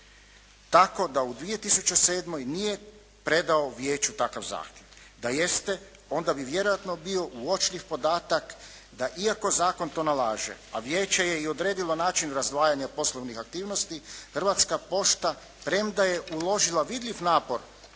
Tako da u 2007. nije predao vijeću takav zahtjev. Da jeste, onda bi vjerojatno bio uočljiv podatak da iako zakon to nalaže, a vijeće je i odredilo način razdvajanja poslovnih aktivnosti, Hrvatska pošta premda je uložila vidljiv napor,